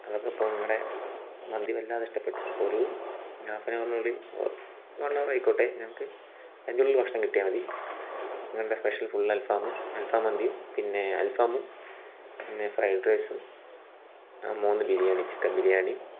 അവർക്കപ്പോൾ നിങ്ങളുടെ മന്തി വല്ലാതെ ഇഷ്ടപ്പെട്ടു അപ്പോൾ ഒരു ഹാഫ് ആൻ ഹവറിനുള്ളിൽ ഓർ വൺ ഹവർ ആയിക്കോട്ടെ ഞങ്ങൾക്ക് അതിനുള്ളിൽ ഭക്ഷണം കിട്ടിയാൽ മതി നിങ്ങളുടെ സ്പെഷ്യൽ ഫുൾ അൽഫാമും അൽഫാം മന്തിയും പിന്നെ അൽഫാമും പിന്നെ ഫ്രൈഡ് റൈസും മൂന്ന് ബിരിയാണി ചിക്കൻ ബിരിയാണി